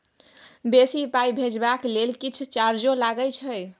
बेसी पाई भेजबाक लेल किछ चार्जो लागे छै?